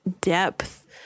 depth